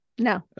No